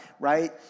right